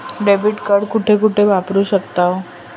Debit card कुठे कुठे वापरू शकतव?